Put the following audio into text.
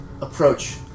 approach